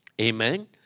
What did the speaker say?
Amen